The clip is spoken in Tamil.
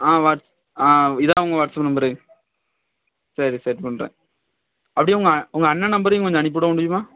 ஆ ஆ இதான் உங்கள் வாட்ஸ்ஆப் நம்பரு சரி சென்ட் பண்ணுறேன் அப்படியே உங்கள் உங்கள் அண்ணன் நம்பரையும் கொஞ்சம் அனுப்பிவிட முடியுமா